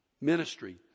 ministry